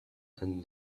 and